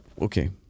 Okay